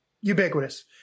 ubiquitous